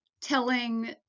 telling